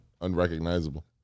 unrecognizable